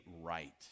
right